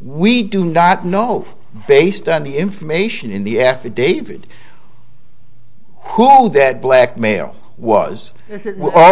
we do not know based on the information in the affidavit who that blackmail was all